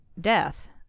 death